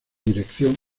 dirección